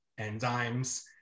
enzymes